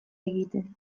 egiten